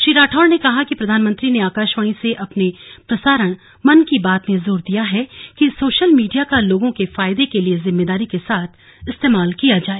श्री राठौड़ ने कहा कि प्रधानमंत्री ने आकाशवाणी से अपने प्रसारण मन की बात में जोर दिया है कि सोशल मीडिया का लोगों के फायदे के लिए जिम्मेदारी के साथ इस्तेमाल किया जाये